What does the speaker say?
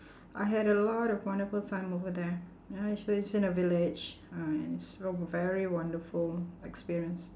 I had a lot of wonderful time over there ya she stays in a village uh and it's a very wonderful experience